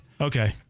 Okay